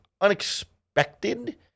unexpected